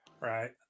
right